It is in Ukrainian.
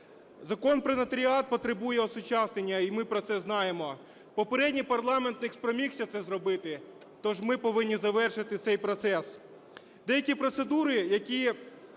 Закон "Про нотаріат" потребує осучаснення, і ми про це знаємо. Попередній парламент не спромігся це зробити, то ж ми повинні завершити цей процес. Деякі процедури, які